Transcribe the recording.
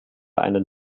einen